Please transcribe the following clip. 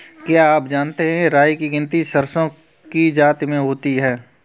क्या आप जानते है राई की गिनती सरसों की जाति में होती है?